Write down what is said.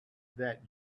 that